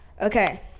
Okay